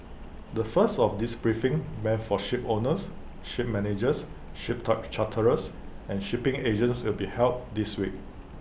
the first of these briefings meant for shipowners ship managers ship charterers and shipping agents will be held this week